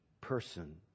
person